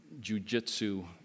jujitsu